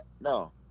No